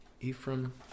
Ephraim